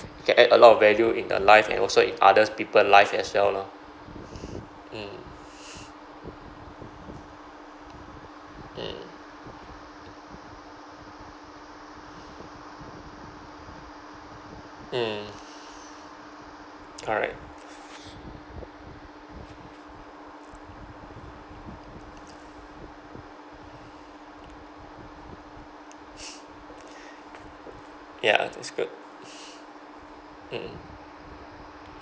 it can add a lot of value in the life and also in others people life as well lor mm mm mm correct ya it's good mm